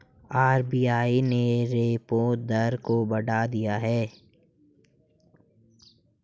RBI ने repo दर को बढ़ा दिया है